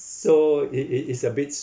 so it it is a bit